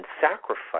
sacrifice